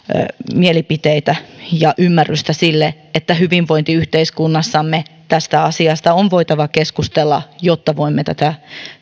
mielipiteitä ja ymmärrystä sille että hyvinvointiyhteiskunnassamme tästä asiasta on voitava keskustella jotta voimme tätä